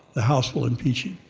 the house will impeach him.